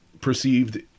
perceived